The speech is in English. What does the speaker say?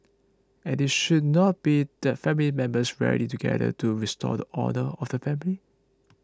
and it should not be that family members rally together to restore the honour of the family